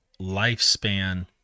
lifespan